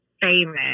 famous